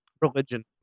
religion